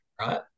right